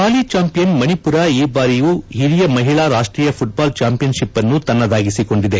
ಹಾಲಿ champion Manipur ಈ ಬಾರಿಯು ಹಿರಿಯ ಮಹಿಳಾ ರಾಷ್ಟೀಯ ಫುಟ್ಬಾಲ್ ಚಾಂಪಿಯನ್ಶಿಪ್ ಅನ್ನು ತನ್ನದಾಗಿಸಿಕೊಂಡಿದೆ